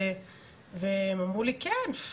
והם אמרו לי כן,